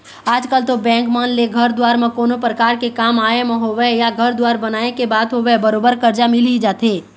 आजकल तो बेंक मन ले घर दुवार म कोनो परकार के काम आय म होवय या घर दुवार बनाए के बात होवय बरोबर करजा मिल ही जाथे